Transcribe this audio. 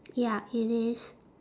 ya it is